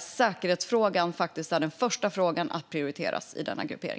Säkerhetsfrågan är faktiskt den första frågan att prioriteras i denna gruppering.